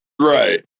Right